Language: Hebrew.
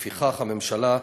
לפיכך, הממשלה,